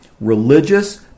religious